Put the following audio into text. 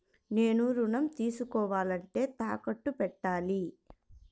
నేను ఋణం తీసుకోవాలంటే తాకట్టు పెట్టాలా?